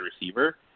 receiver